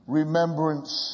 remembrance